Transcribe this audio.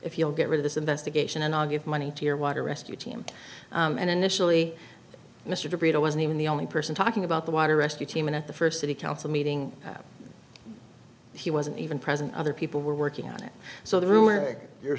if you'll get rid of this investigation and i'll give money to your water rescue team and initially mr de brito wasn't even the only person talking about the water rescue team and at the first city council meeting he wasn't even present other people were working on it so the rumor you're